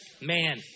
Man